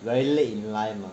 very late in life mah